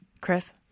Chris